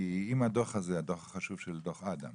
כי אם הדוח הזה, הדוח החשוב של דוח אדם